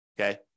Okay